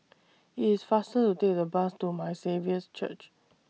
IT IS faster to Take The Bus to My Saviour's Church